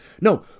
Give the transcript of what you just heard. No